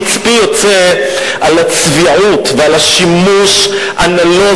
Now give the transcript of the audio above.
קצפי יוצא על הצביעות ועל השימוש הנלוז